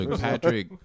Patrick